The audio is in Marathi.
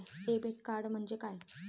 डेबिट कार्ड म्हणजे काय?